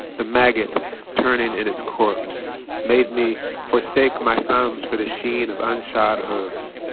the maggot turning in its corpse made me forsake my thumbs for the sheen of unshod hooves.